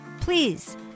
Please